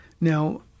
Now